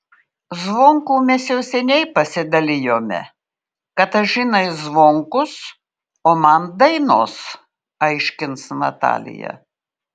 zvonkų mes jau seniai pasidalijome katažinai zvonkus o man dainos aiškins natalija